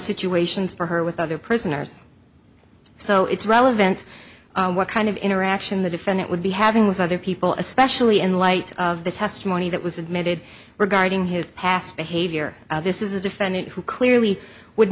situations for her with other prisoners so it's relevant what kind of interaction the defendant would be having with other people especially in light of the testimony that was admitted regarding his past behavior this is a defendant who clearly would